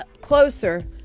closer